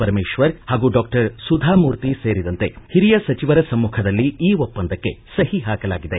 ಪರಮೇಶ್ವರ್ ಹಾಗೂ ಡಾಕ್ಟರ್ ಸುಧಾ ಮೂರ್ತಿ ಸೇರಿದಂತೆ ಹಿರಿಯ ಸಚಿವರ ಸಮ್ಮಖದಲ್ಲಿ ಈ ಒಪ್ಪಂದಕ್ಕೆ ಸಹಿ ಹಾಕಲಾಗಿದೆ